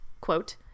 Quote